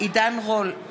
עידן רול,